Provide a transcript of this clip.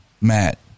Matt